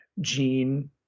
Gene